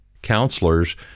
counselors